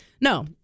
No